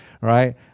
right